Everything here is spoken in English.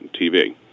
TV